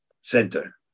Center